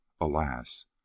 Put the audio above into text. Alas